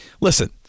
listen